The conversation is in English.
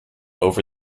over